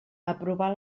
aprovar